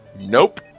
Nope